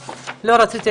שנתיים,